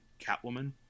Catwoman